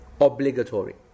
Obligatory